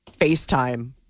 FaceTime